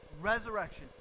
resurrection